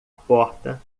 porta